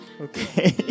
okay